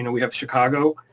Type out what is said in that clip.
you know we have chicago,